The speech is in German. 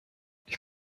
ich